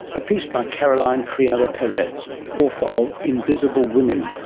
a piece by caroline criado perez, author of invisible women,